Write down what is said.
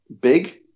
big